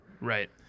Right